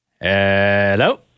Hello